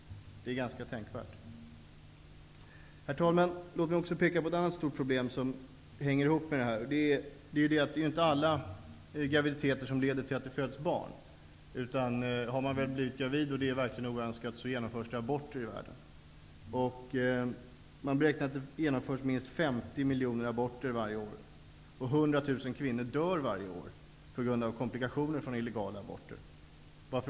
Det är ganska tänkvärt. Herr talman! Låt mig också peka på ett annat stort problem som hänger ihop med detta. Det är ju inte alla graviditeter som leder till att det föds barn. Har man blivit gravid och det verkligen är oönskat, genomförs det aborter. Man beräknar att det genomförs minst 50 miljoner aborter varje år i världen. 100 000 kvinnor dör varje år på grund av komplikationer efter illegala aborter.